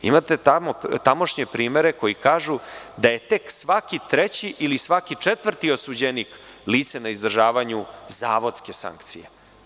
Imate tamošnje primere koji kažu da je tek svaki treći ili svaki četvrti osuđeni lice na izdržavanju zavodske sankcije.